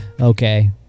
okay